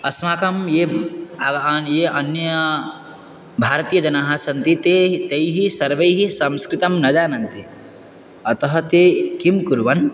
अस्माकं ये ये अन्यभारतीयजनाः सन्ति ते तैः सर्वैः संस्कृतं न जानन्ति अतः ते किं कुर्वन्